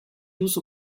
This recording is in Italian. uso